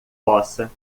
possa